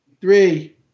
Three